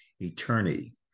Eternity